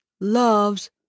loves